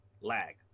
lag